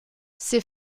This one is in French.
ses